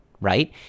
right